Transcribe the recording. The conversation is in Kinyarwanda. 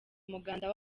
umuganda